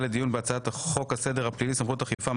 לדיון בהצעת חוק סדר הדין הפלילי (סמכויות אכיפה,